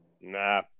Nah